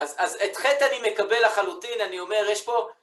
אז אז את חטא אני מקבל לחלוטין, אני אומר, יש פה...